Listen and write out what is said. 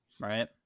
Right